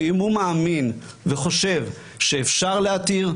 ואם הוא מאמין וחושב שאפשר להתיר,